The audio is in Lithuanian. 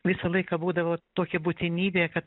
visą laiką būdavo tokia būtinybė kad